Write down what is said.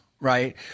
right